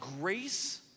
grace